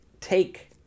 take